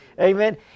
Amen